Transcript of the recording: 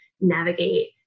navigate